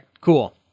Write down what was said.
Cool